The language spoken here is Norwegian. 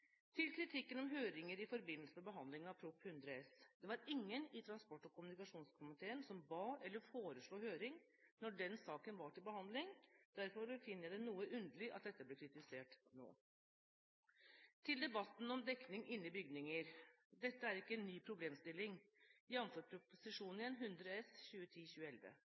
Til kritikken om høringer i forbindelse med behandlingen av Prop. 100 S: Det var ingen i transport- og kommunikasjonskomiteen som ba om eller foreslo høring da den saken var til behandling, og derfor finner jeg det noe underlig at dette blir kritisert nå. Til debatten om dekning inne i bygninger: Dette er ikke en ny problemstilling – jamfør igjen Prop. 100 S